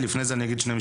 דרך